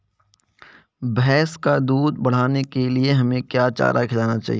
भैंस का दूध बढ़ाने के लिए हमें क्या चारा खिलाना चाहिए?